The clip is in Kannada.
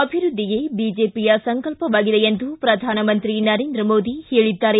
ಅಭಿವೃದ್ಧಿಯೇ ಬಿಜೆಪಿಯ ಸಂಕಲ್ಪವಾಗಿದೆ ಎಂದು ಪ್ರಧಾನಮಂತ್ರಿ ನರೇಂದ್ರ ಮೋದಿ ಹೇಳಿದ್ದಾರೆ